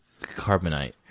Carbonite